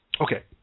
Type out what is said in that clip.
Okay